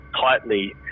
tightly